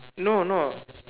no no